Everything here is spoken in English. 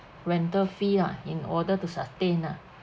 rental fee lah in order to sustain ah